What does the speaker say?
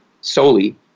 solely